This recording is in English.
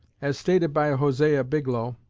as stated by hosea biglow,